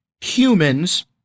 humans